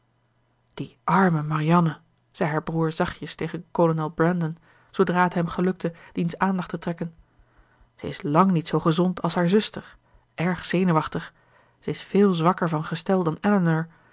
die arme marianne zei haar broer zachtjes tegen kolonel brandon zoodra het hem gelukte diens aandacht te trekken ze is lang niet zoo gezond als haar zuster erg zenuwachtig ze is veel zwakker van gestel dan